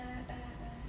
err err err